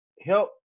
help